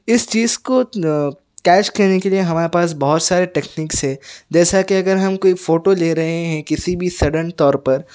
اس چیز کو کیچ کرنے کے لئے ہمارے پاس بہت سارے ٹیکنیکس ہے جیسا کہ اگر ہم کوئی فوٹو لے رہے ہیں کسی بھی سڈن طور پر